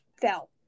fell